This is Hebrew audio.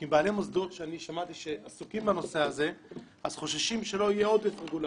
בעלי מוסדות שעוסקים בנושא חוששים שלא יהיה עודף רגולציה.